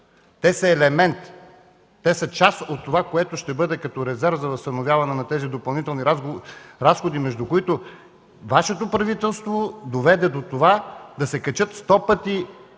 Те са елемент, те са част от това, което ще бъде като резерв за възстановяване на тези допълнителни разходи, между които Вашето правителство доведе до това да се качат сто пъти